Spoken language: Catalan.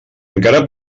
encara